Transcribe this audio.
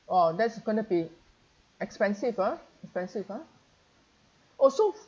oh that's gonna be expensive ah expensive ah oh so